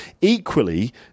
Equally